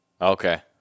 Okay